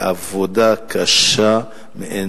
היא עבודה קשה מאין